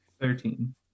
Thirteen